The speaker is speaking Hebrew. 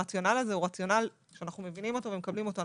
ואנחנו מבינים אותו ואנו מקבלים אותו.